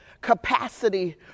capacity